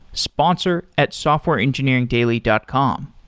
sponsor at softwareengineeringdaily dot com.